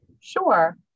Sure